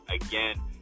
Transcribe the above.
again